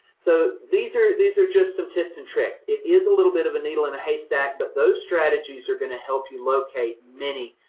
so these are, these are just some tips and tricks. it is a little bit of a needle in a haystack, but those strategies are going to help you locate many,